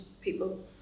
people